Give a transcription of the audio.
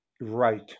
Right